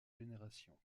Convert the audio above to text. génération